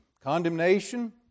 condemnation